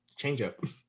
changeup